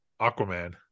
aquaman